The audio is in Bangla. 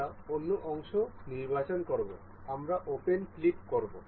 আমরা অন্য অংশ নির্বাচন করব আমরা ওপেন ক্লিক করব